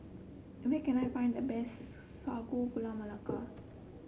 where can I find the best Sago Gula Melaka